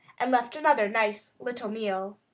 and left another nice little meal.